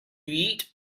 eat